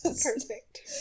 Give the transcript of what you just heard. Perfect